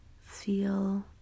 feel